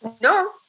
No